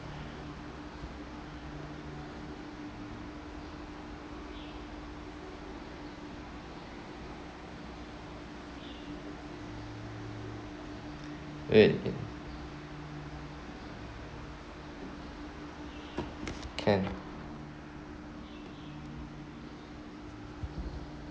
it can